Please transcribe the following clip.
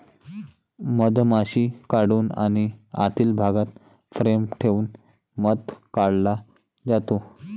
मधमाशी काढून आणि आतील भागात फ्रेम ठेवून मध काढला जातो